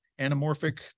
anamorphic